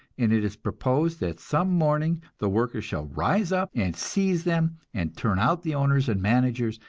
and it is proposed that some morning the workers shall rise up and seize them, and turn out the owners and managers,